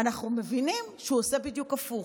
אנחנו מבינים שהוא עושה בדיוק הפוך,